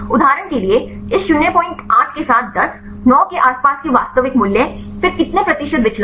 उदाहरण के लिए इस 08 के साथ 10 9 के आसपास के वास्तविक मूल्य फिर कितने प्रतिशत विचलन